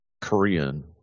korean